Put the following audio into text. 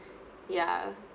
ya